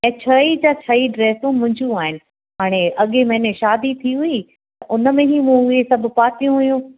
ऐं छह ई जा छह ई ड्रेसूं मुंहिंजियूं आहिनि हाणे अॻे महिने शादी थी हुई उन में मूं हीउ सभु पातियूं हुयूं